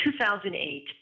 2008